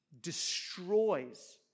destroys